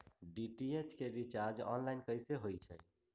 DTH के recharge online कैसे होईछई?